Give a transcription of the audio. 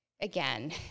again